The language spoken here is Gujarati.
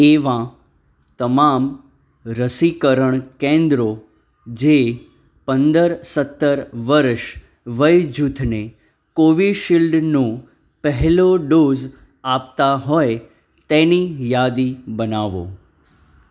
એવાં તમામ રસીકરણ કેન્દ્રો જે પંદર સત્તર વર્ષ વયજૂથને કોવિશીલ્ડનો પહેલો ડોઝ આપતાં હોય તેની યાદી બનાવો